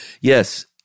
Yes